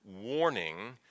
warning